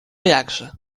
jakże